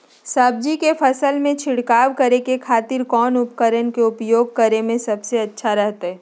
सब्जी के फसल में छिड़काव करे के खातिर कौन उपकरण के उपयोग करें में सबसे अच्छा रहतय?